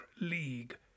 League